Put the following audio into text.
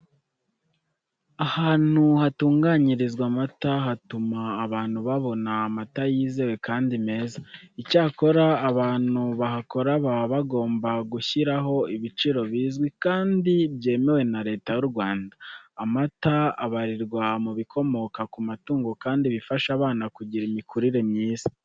Ahantu hatunganyirizwa amata hatuma abantu babona amata yizewe kandi meza. Icyakora abantu bahakora baba bagomba gushyiraho ibiciro bizwi kandi byemewe na Leta y'u Rwanda. Amata abarirwa mu bikomoka ku matungo kandi bifasha abana kugira imikurire myiza.